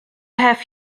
have